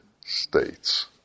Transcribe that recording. states